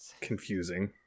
confusing